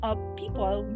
people